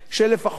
שלפחות